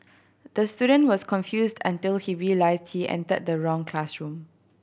the student was confused until he realised he entered the wrong classroom